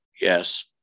Yes